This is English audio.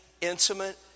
intimate